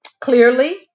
clearly